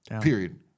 Period